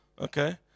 okay